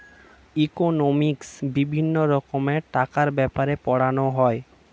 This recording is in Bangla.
ইকোনমিক্সে বিভিন্ন রকমের টাকার ব্যাপারে পড়ানো হয়